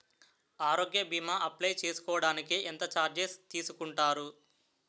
ఆరోగ్య భీమా అప్లయ్ చేసుకోడానికి ఎంత చార్జెస్ తీసుకుంటారు?